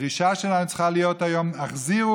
הדרישה שלנו צריכה להיות היום: החזירו